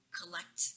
collect